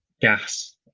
gas